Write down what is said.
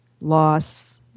loss